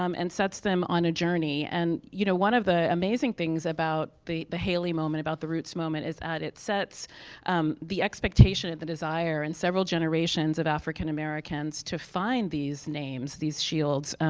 um sets them on a journey. and you know, one of the amazing things about the the haley moment, about the roots moment, is that it sets um the expectation of the desire, and several generations of african americans to find these names, these shields.